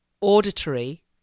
auditory